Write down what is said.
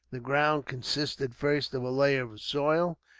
the ground consisting first of a layer of soil,